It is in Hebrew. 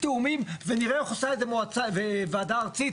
תיאומים ונראה איך עושה את זה וועדה ארצית,